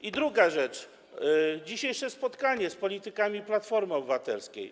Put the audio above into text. I druga rzecz: dzisiejsze spotkanie z politykami Platformy Obywatelskiej.